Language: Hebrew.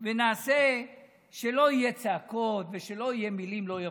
ונעשה שלא יהיו צעקות ושלא יהיו מילים לא יפות.